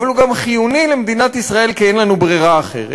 אבל הוא גם חיוני למדינת ישראל כי אין לנו אפשרות אחרת,